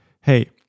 hey